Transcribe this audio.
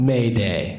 Mayday